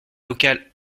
local